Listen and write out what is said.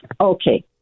Okay